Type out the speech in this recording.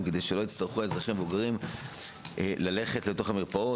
כדי שלא יצטרכו אזרחים מבוגרים ללכת למרפאות.